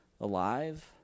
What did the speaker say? alive